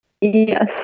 Yes